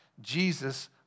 Jesus